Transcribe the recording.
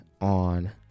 on